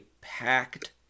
packed